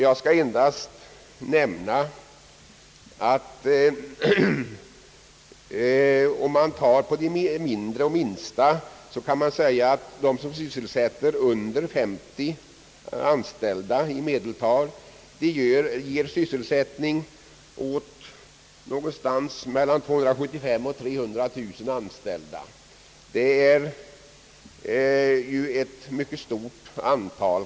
Jag skall endast nämna att de mindre och minsta företagen, företag som i medeltal sysselsätter under 50 anställda, sammanlagt ger sysselsättning åt mellan 275000 och 300000 människor i vårt land. Det är ju ett mycket stort anial.